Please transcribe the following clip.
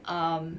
um